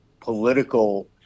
political